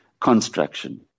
construction